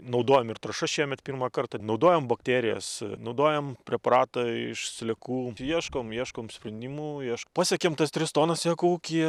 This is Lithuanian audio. naudojom ir trąšas šiemet pirmą kartą naudojom bakterijas naudojam preparatą iš sliekų ieškom ieškom sprendimų iešk pasiekėm tas tris tonas eko ūkyje